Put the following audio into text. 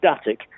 static